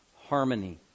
harmony